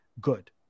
good